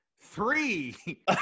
Three